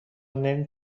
نمی